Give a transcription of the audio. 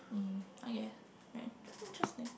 mm okay in~ interesting